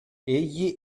egli